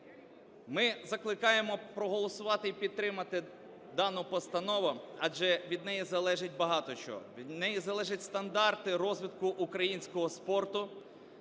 Ми закликаємо проголосувати і підтримати дану постанову, адже від неї залежить багато що, від неї залежать стандарти розвитку українського спорту